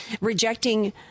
rejecting